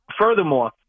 Furthermore